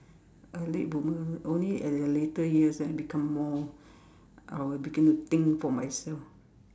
a late boomer only at the later years then I become more I began to think for myself